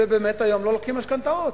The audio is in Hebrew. ובאמת היום לא לוקחים משכנתאות.